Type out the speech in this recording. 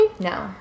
No